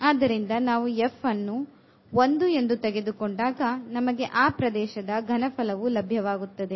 ಆದ್ದರಿಂದ ನಾವು f ಅನ್ನು 1 ಎಂದು ತೆಗೆದುಕೊಂಡಾಗ ನಮಗೆ ಆ ಪ್ರದೇಶದ ಘನಫಲವು ಲಭ್ಯವಾಗುತ್ತದೆ